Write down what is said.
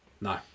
no